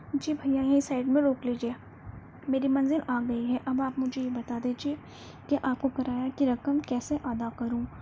جی بھیا یہیں سائڈ میں روک لیجیے میری منزل آ گئی ہے اب آپ مجھے یہ بتا دیجیے کہ آپ کو کرایہ کی رقم کیسے ادا کروں